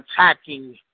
attacking